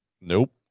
Nope